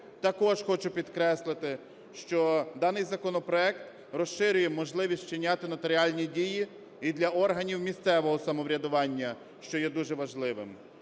Також хочу підкреслити, що даний законопроект розширює можливість вчиняти нотаріальні дії і для органів місцевого самоврядування, що є дуже важливим.